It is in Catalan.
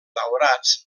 daurats